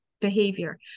behavior